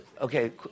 okay